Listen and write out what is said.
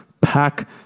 Pack